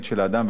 ולא רק בביתו.